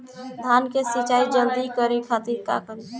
धान के सिंचाई जल्दी करे खातिर का करी?